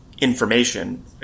information